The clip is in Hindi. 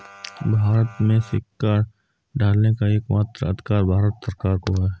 भारत में सिक्का ढालने का एकमात्र अधिकार भारत सरकार को है